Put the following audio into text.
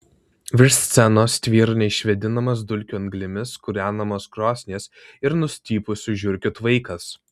virš scenos tvyro neišvėdinamas dulkių anglimis kūrenamos krosnies ir nustipusių žiurkių tvaikas